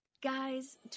Guys